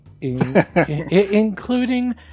including